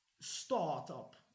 startup